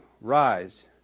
Rise